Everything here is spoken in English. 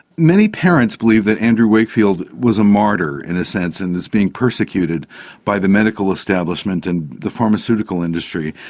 many parents believe that andrew wakefield was a martyr in a sense and is being persecuted by the medical establishment and the pharmaceutical industry.